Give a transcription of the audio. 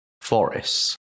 forests